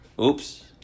Oops